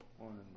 One